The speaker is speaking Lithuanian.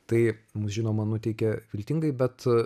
tai mus žinoma nuteikė viltingai bet